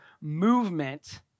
movement